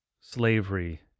slavery